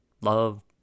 Love